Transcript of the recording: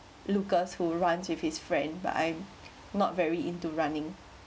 lucas who runs with his friend but I'm not very into running